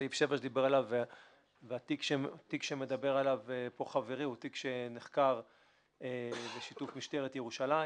סעיף 7. התיק שמדבר עליו חברי הוא תיק שנחקר בשיתוף משטרת ירושלים.